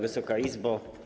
Wysoka Izbo!